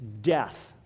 death